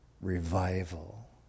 revival